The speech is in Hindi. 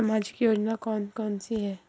सामाजिक योजना कौन कौन सी हैं?